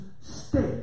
stay